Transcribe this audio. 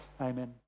Amen